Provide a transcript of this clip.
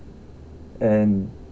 and